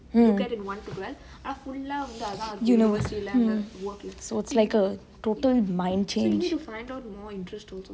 hmm hmm it's like a total mind change